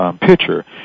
picture